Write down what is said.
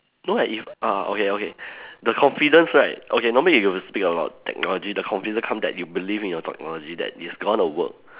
no lah if uh okay okay the confidence right okay normally if you speak about technology the confidence come that you believe in your technology that it's gonna work